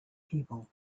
people